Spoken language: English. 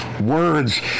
words